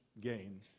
gain